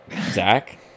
Zach